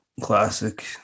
classic